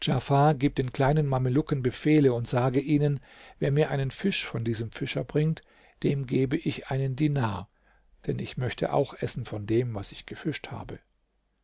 gib den kleinen mamelucken befehle und sage ihnen wer mir einen fisch von diesem fischer bringt dem gebe ich einen dinar denn ich möchte auch essen von dem was ich gefischt habe